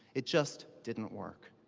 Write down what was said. it just didn't work.